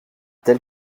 tel